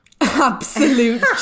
Absolute